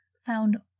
found